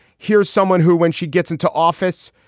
here's someone who, when she gets into office,